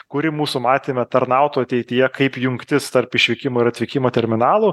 kuri mūsų matyme tarnautų ateityje kaip jungtis tarp išvykimo ir atvykimo terminalų